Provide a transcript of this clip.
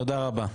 תודה רבה.